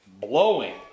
blowing